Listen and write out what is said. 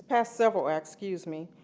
passed several acts, excuse me,